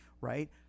right